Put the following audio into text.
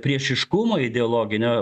priešiškumo ideologinio